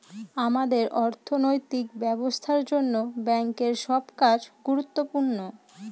আমাদের অর্থনৈতিক ব্যবস্থার জন্য ব্যাঙ্কের সব কাজ গুরুত্বপূর্ণ